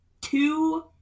two